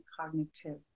cognitive